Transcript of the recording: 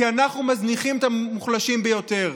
כי אנחנו מזניחים את המוחלשים ביותר.